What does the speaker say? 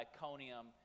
Iconium